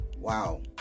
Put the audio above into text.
Wow